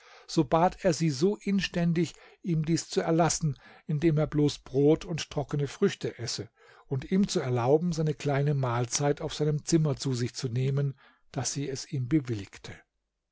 so bat er sie so inständig ihm dies zu erlassen indem er bloß brot und trockene früchte esse und ihm zu erlauben seine kleine mahlzeit auf seinem zimmer zu sich zu nehmen daß sie es ihm bewilligte